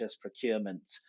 procurement